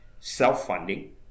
self-funding